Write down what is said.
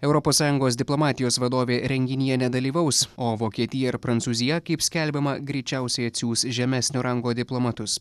europos sąjungos diplomatijos vadovė renginyje nedalyvaus o vokietija ir prancūzija kaip skelbiama greičiausiai atsiųs žemesnio rango diplomatus